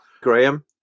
Graham